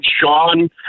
Sean